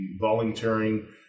volunteering